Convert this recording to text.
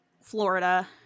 Florida